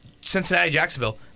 Cincinnati-Jacksonville